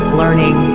learning